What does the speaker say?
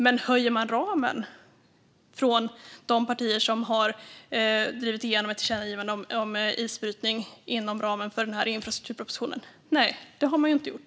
Men höjer man ramen från de partier som har drivit igenom ett tillkännagivande om isbrytning inom ramen för infrastrukturpropositionen? Nej, det har man inte gjort.